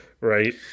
right